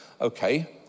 Okay